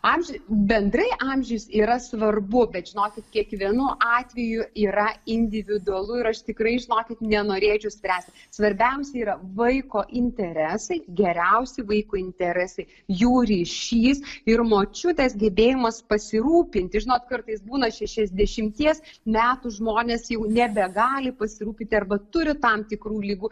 amžiai bendrai amžius yra svarbu bet žinokit kiekvienu atveju yra individualu ir aš tikrai žinokit nenorėčiau spręsti svarbiausi yra vaiko interesai geriausi vaiko interesai jų ryšys ir močiutės gebėjimas pasirūpinti žinot kartais būna šešiasdešimties metų žmonės jau nebegali pasirūpinti arba turi tam tikrų ligų